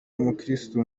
umukristu